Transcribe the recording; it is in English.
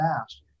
fast